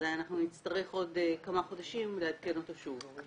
אז אנחנו נצטרך עוד כמה חודשים לעדכן אותו שוב.